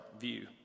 view